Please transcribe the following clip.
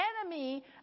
enemy